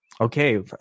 Okay